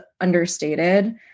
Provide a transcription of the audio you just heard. understated